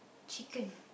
chicken